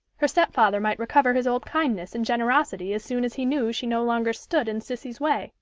her stepfather might recover his old kindness and generosity as soon as he knew she no longer stood in cissy's way,